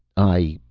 i,